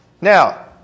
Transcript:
Now